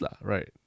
right